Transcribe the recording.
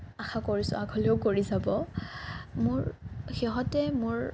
আশা কৰিছোঁ আগলৈও কৰি যাব মোৰ সিহঁতে মোৰ